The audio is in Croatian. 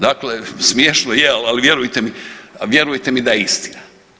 Dakle, smiješno je, ali vjerujte mi da je istina.